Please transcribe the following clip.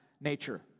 nature